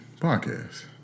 podcast